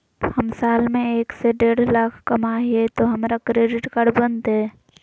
हम साल में एक से देढ लाख कमा हिये तो हमरा क्रेडिट कार्ड बनते?